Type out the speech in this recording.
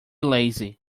lazy